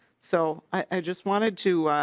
so i just want to